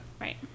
right